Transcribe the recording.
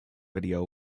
video